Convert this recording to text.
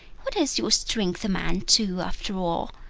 what does your strength amount to after all?